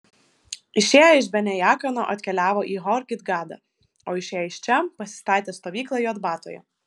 išėję iš bene jaakano atkeliavo į hor gidgadą o išėję iš čia pasistatė stovyklą jotbatoje